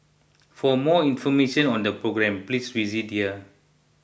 for more information on the programme please visit here